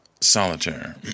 Solitaire